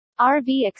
rv